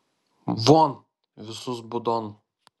von visus būdon